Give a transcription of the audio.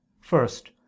First